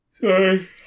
Sorry